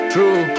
True